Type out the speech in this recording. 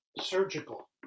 surgical